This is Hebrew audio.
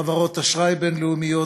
חברות אשראי בין-לאומיות,